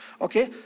Okay